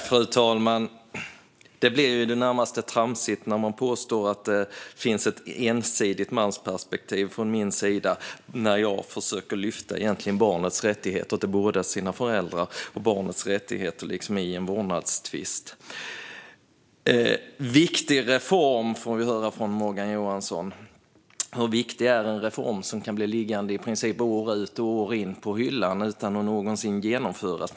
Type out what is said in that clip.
Fru talman! Det är ju i det närmaste tramsigt att påstå att det finns ett ensidigt mansperspektiv hos mig när jag försöker lyfta fram barnets rätt till båda sina föräldrar och barnets rättigheter i en vårdnadstvist. En viktig reform, får vi höra från Morgan Johansson. Hur viktig är en reform som kan bli liggande på hyllan i princip år ut och år in utan att någonsin genomföras?